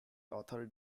author